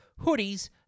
hoodies